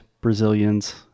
Brazilians